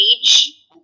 age